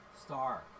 Star